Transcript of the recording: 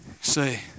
say